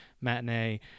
matinee